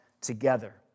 Together